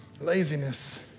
laziness